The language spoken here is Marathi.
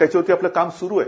त्याच्यावरती आपलं काम सुरू आहे